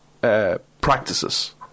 practices